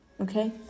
Okay